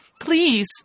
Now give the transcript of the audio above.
Please